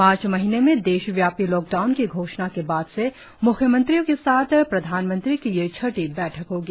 मार्च महीने में देशव्यापी लॉकडाउन की घोषणा के बाद से म्ख्यमंत्रियों के साथ प्रधानमंत्री की यह छठी बैठक होगी